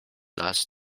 las